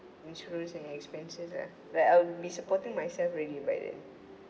insurance and expenses ah like I'll be supporting myself already by then